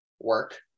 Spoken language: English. work